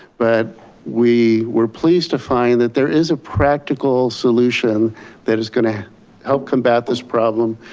but we were pleased to find that there is a practical solution that is going to help combat this problem.